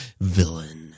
villain